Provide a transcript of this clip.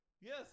Yes